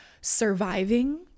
surviving